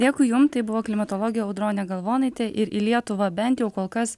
dėkui jum tai buvo klimatologė audronė galvonaitė ir į lietuvą bent jau kol kas